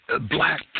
black